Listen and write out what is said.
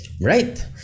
right